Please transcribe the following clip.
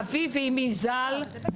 אבי ואימי זיכרונם לברכה,